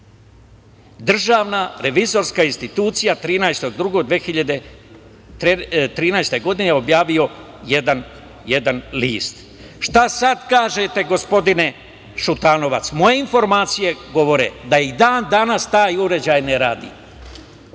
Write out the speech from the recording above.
Državna revizorska institucija 13. februara 2013. godine, a objavio jedan list. Šta sad kažete, gospodine Šutanovac? Moje informacije govore da i dan danas taj uređaj ne radi.